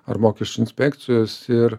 ar mokesčių inspekcijos ir